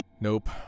Nope